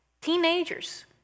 teenagers